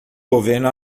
governo